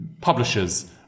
publishers